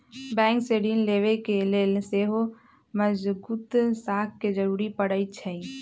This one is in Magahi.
बैंक से ऋण लेबे के लेल सेहो मजगुत साख के जरूरी परै छइ